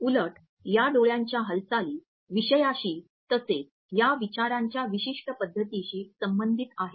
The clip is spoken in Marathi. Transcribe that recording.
उलट या डोळ्यांच्या हालचालीं विषयाशी तसेच या विचारांच्या विशिष्ट पद्धतीशी संबंधित आहेत